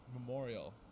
memorial